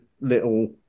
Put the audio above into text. little